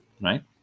right